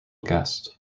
guest